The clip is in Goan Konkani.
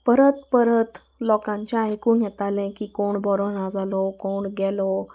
परत परत लोकांचे आयकूंक येतालें की कोण बरो ना जालो कोण गेलो